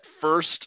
first